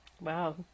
wow